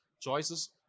choices